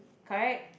correct